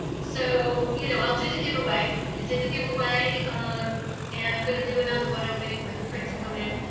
so you know i'll do the giveaway. i did the giveaway um and i'm gonna do another one, i'm waiting for the print to come in,